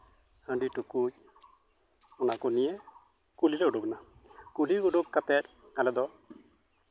ᱦᱟᱺᱰᱤ ᱴᱩᱠᱩᱡ ᱚᱱᱟ ᱠᱚ ᱱᱤᱭᱮ ᱠᱩᱞᱦᱤ ᱞᱮ ᱩᱰᱩᱠ ᱮᱱᱟ ᱠᱩᱞᱦᱤ ᱩᱰᱩᱠ ᱠᱟᱛᱮᱫ ᱟᱞᱮ ᱫᱚ